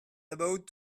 about